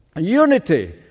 Unity